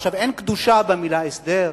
אין קדושה במלה "הסדר",